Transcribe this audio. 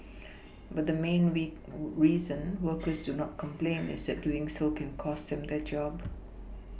but the main reason workers do not complain is that doing so can cost them their job